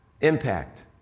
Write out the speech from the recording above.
impact